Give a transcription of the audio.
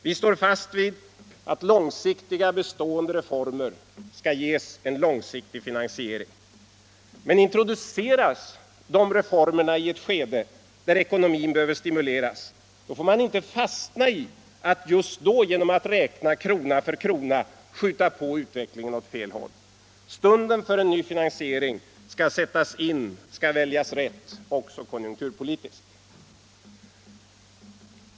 Vi står fast vid att långsiktiga, bestående reformer skall ges långsiktig finansiering. Introduceras de reformerna i ett skede där ekonomin behöver stimuleras får man inte fastna i att just då genom att räkna krona för krona skjutsa på utvecklingen åt fel håll. Stunden för ny finansiering måste väljas rätt också konjunkturpolitiskt.